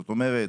זאת אומרת,